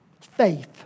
faith